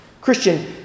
Christian